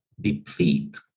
deplete